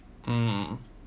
mm